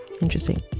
Interesting